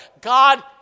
God